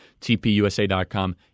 tpusa.com